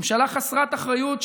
ממשלה חסרת אחריות,